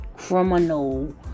criminal